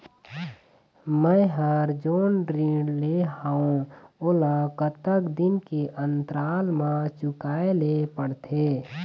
मैं हर जोन ऋण लेहे हाओ ओला कतका दिन के अंतराल मा चुकाए ले पड़ते?